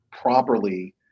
properly